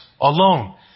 alone